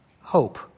hope